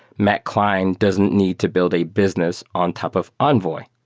matt klein doesn't need to build a business on top of envoy.